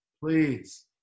Please